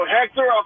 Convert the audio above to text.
Hector